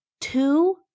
two